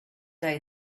day